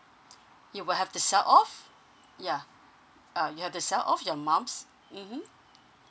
you will have to sell off yeah you'll have to sell of your mom's mm